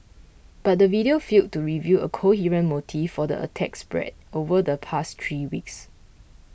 but the video failed to reveal a coherent motive for the attacks spread over the past three weeks